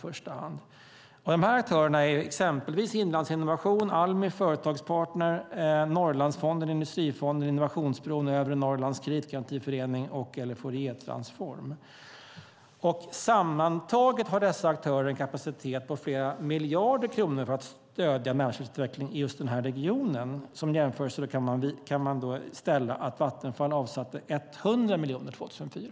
Dessa aktörer är exempelvis Inlandsinnovation, Almi Företagspartner, Norrlandsfonden, Industrifonden, Innovationsbron, Övre Norrlands Kreditgarantiförening och Fouriertransform. Sammantaget har dessa aktörer en kapacitet på flera miljarder kronor för att stödja näringslivsutveckling i just denna region. Som jämförelse kan man då ställa att Vattenfall avsatte 100 miljoner 2004.